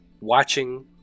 watching